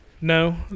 No